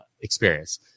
experience